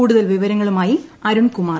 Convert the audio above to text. കൂടുതൽ വിവരങ്ങളുമായി അരുൺകുമാർ